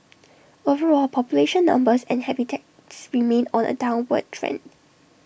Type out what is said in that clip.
overall population numbers and habitats remain on A downward trend